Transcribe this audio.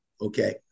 Okay